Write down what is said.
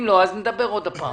אם לא, נדבר שוב.